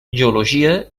geologia